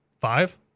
five